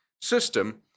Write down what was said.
system